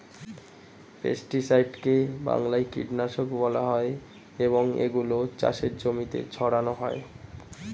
পেস্টিসাইডকে বাংলায় কীটনাশক বলা হয় এবং এগুলো চাষের জমিতে ছড়ানো হয়